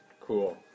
Cool